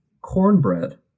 Cornbread